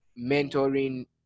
mentoring